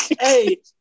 Hey